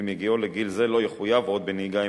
ועם הגיעו לגיל זה לא יחויב עוד בנהיגה עם